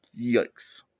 Yikes